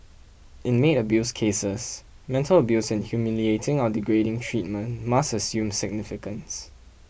in maid abuse cases mental abuse and humiliating or degrading treatment must assume significance